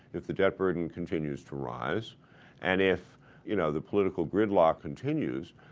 if the debt burden continues to rise and if you know the political gridlock continues,